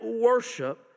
worship